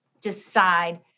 decide